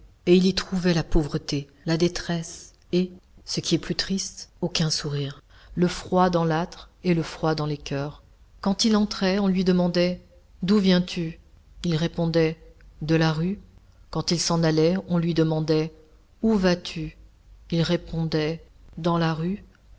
et il y trouvait la pauvreté la détresse et ce qui est plus triste aucun sourire le froid dans l'âtre et le froid dans les coeurs quand il entrait on lui demandait d'où viens-tu il répondait de la rue quand il s'en allait on lui demandait où vas-tu il répondait dans la rue